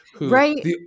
Right